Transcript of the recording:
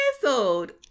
canceled